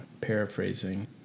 paraphrasing